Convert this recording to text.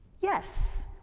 Yes